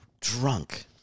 drunk